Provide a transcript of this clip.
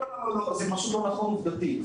זה פשוט לא נכון עובדתית.